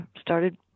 started